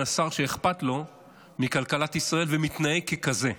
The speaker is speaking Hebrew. אלא שר שאכפת לו מכלכלת ישראל ומתנהג ככזה.